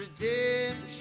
redemption